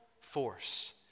force